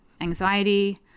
anxiety